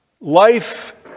life